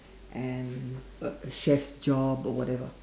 and a chef job or whatever